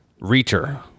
Reacher